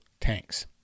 tanks